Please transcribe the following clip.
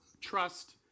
trust